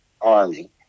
army